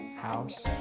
house?